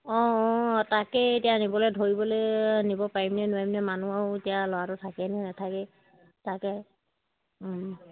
অঁ অঁ তাকেই এতিয়া নিবলে ধৰিবলে নিব পাৰিমনে নোৱাৰিমনে মানুহ আৰু এতিয়া ল'ৰাটো থাকেনে নাথাকেই তাকে